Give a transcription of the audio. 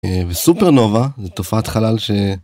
סוופרנובה זה תופעת חלל